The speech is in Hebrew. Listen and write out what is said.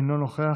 אינו נוכח,